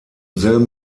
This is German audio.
selben